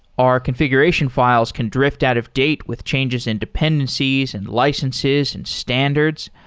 our configuration files can drift out of date with changes in dependencies, and licenses, and standards.